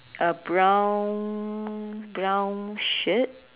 a brown brown shirt